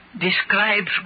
describes